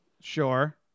Sure